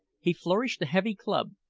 he flourished a heavy club,